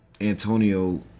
Antonio